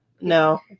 No